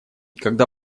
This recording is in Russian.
когда